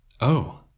Oh